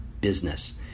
business